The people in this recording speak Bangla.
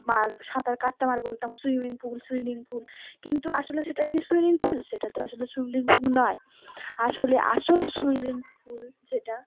আবার সাঁতার কাটতাম আর বলতাম সুইমিং পুল সুইমিং পুল কিন্তু আসলে সেটা কি সুইমিং পুল সেটা তো আসলে সুইমিং পুল নয় আসলে আসল সুইমিং পুল যেটা